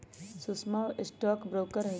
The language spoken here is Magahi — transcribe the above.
सुषमवा स्टॉक ब्रोकर हई